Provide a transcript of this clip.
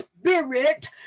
spirit